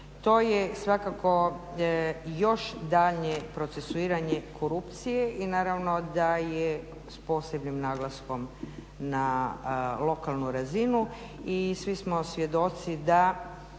to je svakako još daljnje procesuiranje korupcije i naravno da je s posebnim naglaskom na lokalnu razinu i svi smo svjedoci da